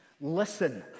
listen